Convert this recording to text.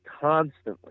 constantly